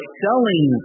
selling